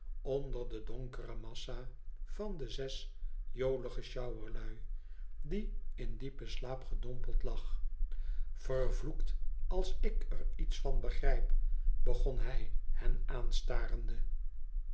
onder de donkere massa van de zes jolige sjouwerlui die in diepen slaap gedompeld lag vervloekt als ik er iets van begrijp i begon hij hen aanstarende